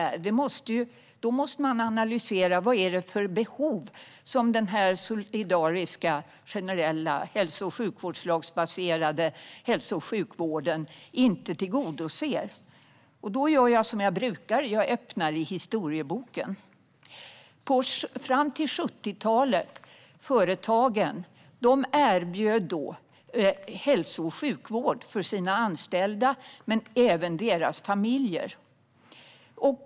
För att förstå detta måste man analysera vad det är för behov som den generella hälso och sjukvårdslagsbaserade hälso och sjukvården inte tillgodoser. Då gör jag som jag brukar och öppnar historieboken. Fram till 70-talet erbjöd företagen hälso och sjukvård för sina anställda och deras familjer.